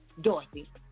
Dorothy